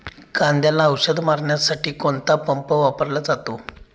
कांद्याला औषध मारण्यासाठी कोणता पंप वापरला जातो?